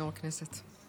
תודה, אדוני היושב-ראש.